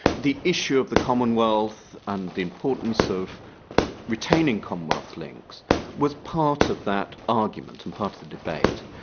the issue of the commonwealth and the importance of retaining commonwealth links was part of that argument and part of the debate.